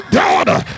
daughter